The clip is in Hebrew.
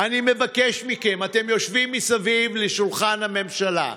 אני מבקש מכם, אתם יושבים מסביב לשולחן הממשלה,